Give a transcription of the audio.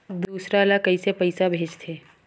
दूसरा ला कइसे पईसा भेजथे?